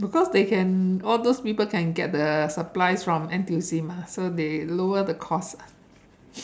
because they can all those people can get the supply from N_T_U_C mah so they lower the cost lah